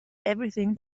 everything